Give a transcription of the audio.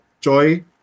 joy